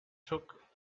took